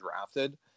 drafted